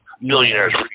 millionaires